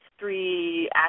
three